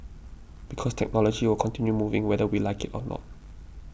because technology will continue moving whether we like it or not